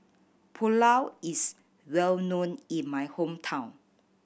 pulao is well known in my hometown